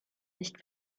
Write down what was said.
nicht